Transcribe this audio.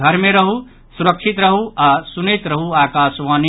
घर मे रहू सुरक्षित रहू आ सुनैत रहू आकाशवाणी